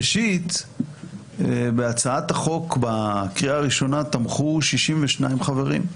ראשית, בהצעת החוק בקריאה הראשונה תמכו 62 חברים.